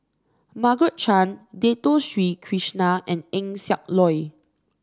Margaret Chan Dato Sri Krishna and Eng Siak Loy